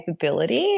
capability